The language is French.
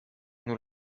nous